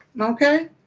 Okay